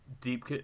deep